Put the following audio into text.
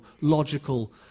logical